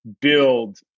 build